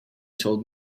told